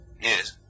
Yes